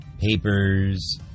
papers